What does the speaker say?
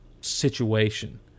situation